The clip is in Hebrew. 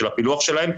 של הפילוח שלהם,